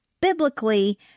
biblically